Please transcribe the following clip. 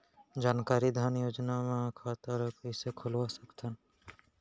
जानकारी धन योजना म खाता ल कइसे खोलवा सकथन?